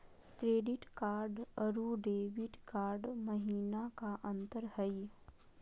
Credit card अरू debit card महिना का अंतर हई?